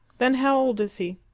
then how old is he?